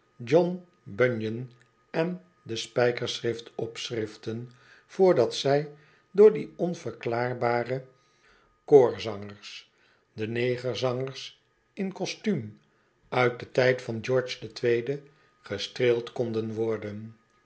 john bunyan en de spijkerschrift opschriften voordat zij door die onverklaarbare koorzangers de negerzangers in hofkostuum uit den tijd van george den tweeden gestreeld konden worden